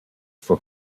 for